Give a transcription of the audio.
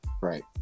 Right